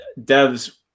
devs